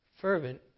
fervent